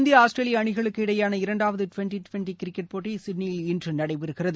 India Australia அணிகளுக்கு இடையேயான இரண்டாவது ட்வெண்ட்டி ட்வெண்ட்டி கிரிக்கெட் போட்டி சிட்னியில் இன்று நடைபெறுகிறது